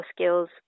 skills